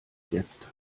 jetzt